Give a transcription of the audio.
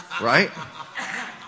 Right